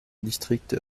district